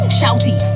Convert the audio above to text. shouty